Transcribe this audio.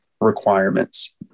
requirements